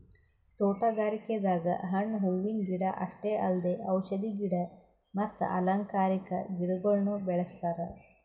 ತೋಟಗಾರಿಕೆದಾಗ್ ಹಣ್ಣ್ ಹೂವಿನ ಗಿಡ ಅಷ್ಟೇ ಅಲ್ದೆ ಔಷಧಿ ಗಿಡ ಮತ್ತ್ ಅಲಂಕಾರಿಕಾ ಗಿಡಗೊಳ್ನು ಬೆಳೆಸ್ತಾರ್